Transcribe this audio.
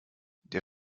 der